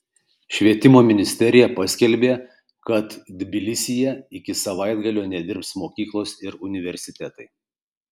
švietimo ministerija paskelbė kad tbilisyje iki savaitgalio nedirbs mokyklos ir universitetai